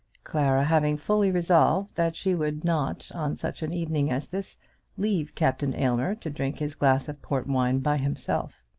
clara having fully resolved that she would not on such an evening as this leave captain aylmer to drink his glass of port wine by himself.